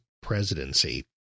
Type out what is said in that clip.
presidency